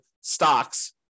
stocks